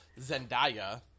Zendaya